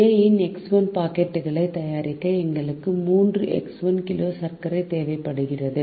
A இன் X1 பாக்கெட்டுகளை தயாரிக்க எங்களுக்கு 3 X1 கிலோ சர்க்கரை தேவைப்படுகிறது